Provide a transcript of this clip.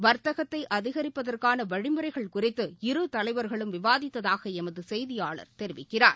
வா்த்தகத்தைஅதிகரிப்பதற்கானவழிமுறைகள் குறித்து இரு தலைவர்களும் விவாதித்ததாகளமதசெய்தியாளர் தெரிவிக்கிறார்